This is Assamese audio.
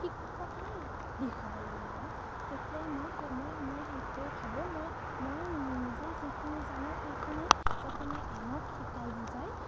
শিক্ষকতাৰ দিশ হ'ব লাগিব তেতিয়াই মই সেই মই মই সেইটোৱেই ভাবোঁ মই মই নিজে যিখিনি জানো সেইখিনি যাতে মই আনক শিকাই বুজাই